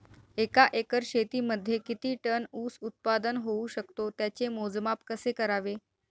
एका एकर शेतीमध्ये किती टन ऊस उत्पादन होऊ शकतो? त्याचे मोजमाप कसे करावे?